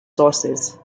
sources